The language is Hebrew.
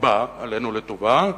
הבא עלינו לטובה,